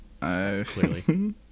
clearly